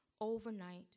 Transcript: overnight